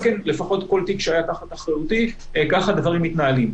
לפחות בכל תיק שהיה תחת אחריותי ככה הדברים מתנהלים.